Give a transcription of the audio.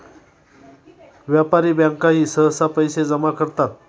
व्यापारी बँकाही सहसा पैसे जमा करतात